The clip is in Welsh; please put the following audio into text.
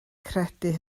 credu